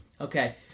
Okay